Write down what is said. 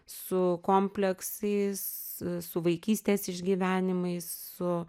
su kompleksais su vaikystės išgyvenimais su